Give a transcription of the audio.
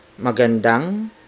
Magandang